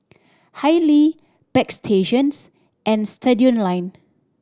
Haylee Bagstationz and Studioline